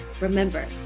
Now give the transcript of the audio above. remember